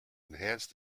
enhanced